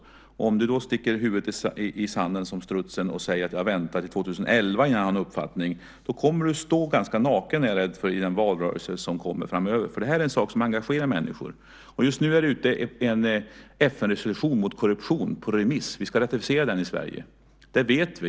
Om du då sticker huvudet i sanden som strutsen och säger att du ska vänta till 2011 innan du har någon uppfattning, då kommer du att stå ganska naken, är jag rädd för, i den valrörelse som kommer framöver därför att detta är en sak som engagerar människor. Just nu är en FN-resolution mot korruption ute på remiss. Vi ska ratificera den i Sverige.